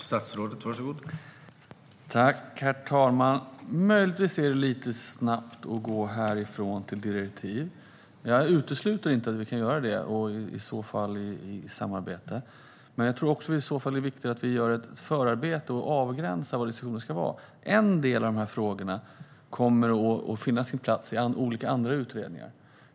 Herr talman! Möjligtvis är det lite snabbt att gå härifrån till direktiv, men jag utesluter inte att vi kan göra det och i så fall i samarbete. Då är det viktigt att vi gör ett förarbete och en avgränsning. En del av dessa frågor kommer att finna sin plats i olika andra utredningar.